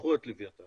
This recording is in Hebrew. פיתחו את לווייתן